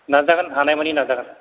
नाजागोन हानायमानि नाजागोन